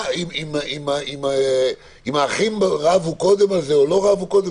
אם האחים רבו על זה קודם או לא רבו קודם,